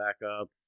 backup